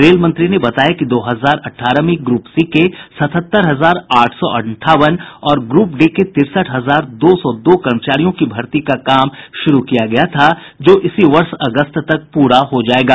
रेलमंत्री ने बताया कि दो हजार अठारह में ग्रूप सी के सतहत्तर हजार आठ सौ अंठावन और ग्रूप डी के तिरसठ हजार दो सौ दो कर्मचारियों की भर्ती का काम शुरू किया गया था जो इसी वर्ष अगस्त तक पूरा हो जायेगा